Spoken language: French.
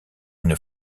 une